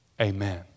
Amen